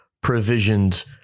provisions